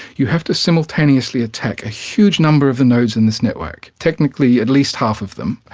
you have to simultaneously attack a huge number of the nodes in this network, technically at least half of them,